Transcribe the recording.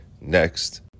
Next